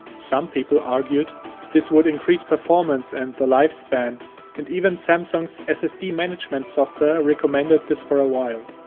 some people argued this would increase performance and the life span and even samsung's ssd management software recommended this for a while.